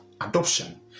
adoption